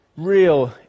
Real